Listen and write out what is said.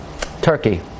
Turkey